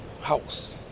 house